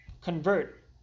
convert